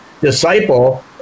disciple